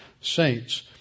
saints